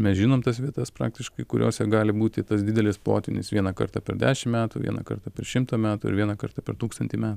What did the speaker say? mes žinom tas vietas praktiškai kuriose gali būti tas didelis potvynis vieną kartą per dešimt metų vieną kartą per šimtą metų ir vieną kartą per tūkstantį metų